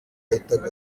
yahitaga